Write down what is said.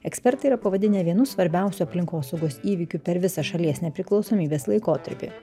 ekspertai yra pavadinę vienu svarbiausių aplinkosaugos įvykių per visą šalies nepriklausomybės laikotarpį